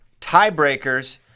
tiebreakers